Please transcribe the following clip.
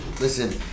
listen